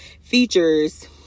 features